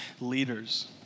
leaders